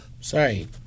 Sorry